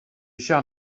eisiau